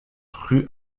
rue